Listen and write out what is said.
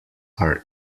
are